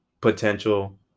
potential